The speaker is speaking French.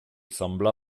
sembla